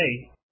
hey